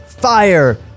Fire